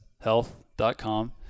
health.com